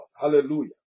Hallelujah